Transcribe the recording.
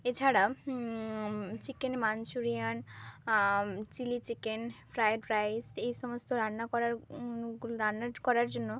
এছাড়া chicken Manchurian chilli chicken fried rice এই সমস্ত রান্না করার কোনোটা রান্না করার জন্য